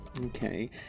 Okay